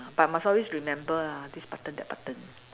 but must always remember ah this button that button